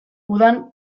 udan